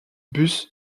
bus